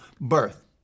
birth